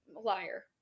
liar